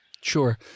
Sure